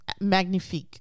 magnifique